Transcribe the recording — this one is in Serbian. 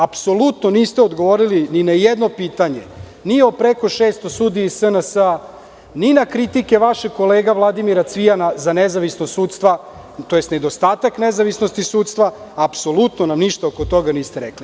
Apsolutno niste odgovorili ni na jedno pitanje, ni o preko 600 sudija iz SNS, ni na kritike vašeg kolege Vladimira Cvijana za nezavisna sudstva, tj. nedostatak nezavisnosti sudstva, apsolutno nam ništa oko toga niste rekli.